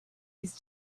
his